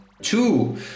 two